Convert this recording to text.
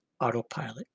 autopilot